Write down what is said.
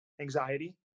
anxiety